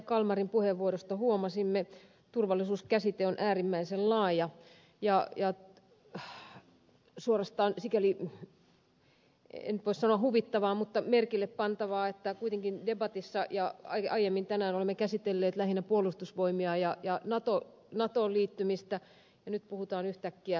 kalmarin puheenvuorosta huomasimme turvallisuuskäsite on äärimmäisen laaja ja on suorastaan en nyt voi sanoa huvittavaa mutta merkillepantavaa että kuitenkin debatissa ja aiemmin tänään olemme käsitelleet lähinnä puolustusvoimia ja natoon liittymistä ja nyt puhutaan yhtäkkiä sähkökatkoksista